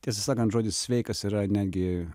tiesą sakant žodis sveikas yra netgi